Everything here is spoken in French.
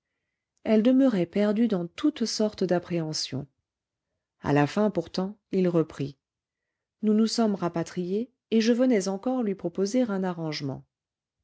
elle demeurait perdue dans toutes sortes d'appréhensions à la fin pourtant il reprit nous nous sommes rapatriés et je venais encore lui proposer un arrangement